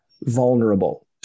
vulnerable